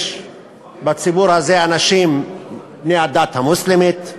יש בציבור הזה אנשים בני הדת המוסלמית,